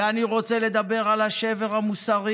ואני רוצה לדבר על השבר המוסרי